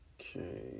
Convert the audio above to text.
Okay